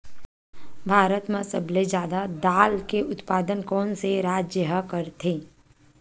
भारत मा सबले जादा दाल के उत्पादन कोन से राज्य हा करथे?